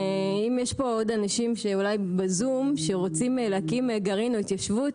אם יש פה עוד אנשים שאולי בזום שרוצים להקים גרעין או התיישבות